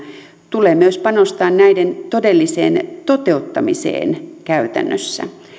tulee myös panostaa näiden todelliseen toteuttamiseen käytännössä